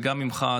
וגם ממך,